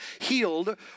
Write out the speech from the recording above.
healed